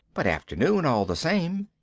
but afternoon all the same.